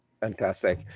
Fantastic